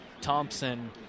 Thompson